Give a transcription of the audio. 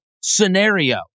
scenario